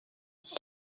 iki